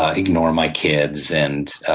ah ignore my kids, and